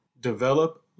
develop